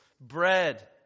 bread